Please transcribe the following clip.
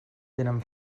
tenen